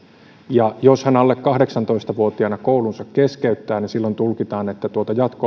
ja jos hän alle kahdeksantoista vuotiaana koulunsa keskeyttää niin silloin tulkitaan että tuota jatko